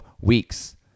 weeks